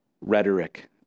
rhetoric